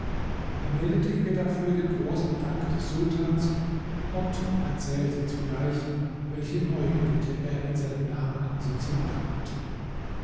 er meldete ihr dafür den großen dank des sultans und erzählte zugleich welche neue bitte er in seinem namen an sie zu machen hatte